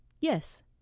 Yes